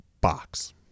box